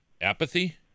Apathy